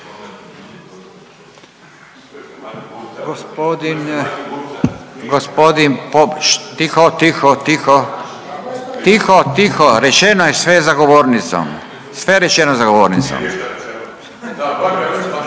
se ne razumije./… tiho, tiho, tiho, tiho, tiho rečeno je sve za govornicom, sve je rečeno za govornicom.